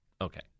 Okay